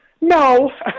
no